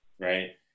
Right